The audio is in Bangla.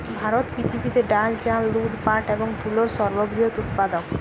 ভারত পৃথিবীতে ডাল, চাল, দুধ, পাট এবং তুলোর সর্ববৃহৎ উৎপাদক